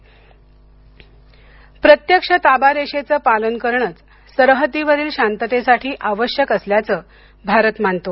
चीन प्रत्यक्ष ताबा रेषेचं पालन करणंच सरहद्दीवरील शांततेसाठी आवश्यक असल्याचं भारत मानतो